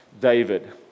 David